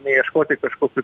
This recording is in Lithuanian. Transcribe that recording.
neieškoti kažkokių